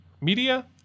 media